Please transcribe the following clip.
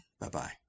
Bye-bye